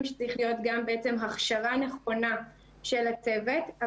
שצריכה להיות גם הכשרה נכונה של הצוות,